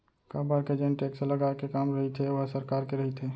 काबर के जेन टेक्स लगाए के काम रहिथे ओहा सरकार के रहिथे